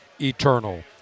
eternal